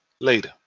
later